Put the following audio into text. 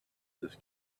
this